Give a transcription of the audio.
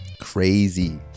Crazy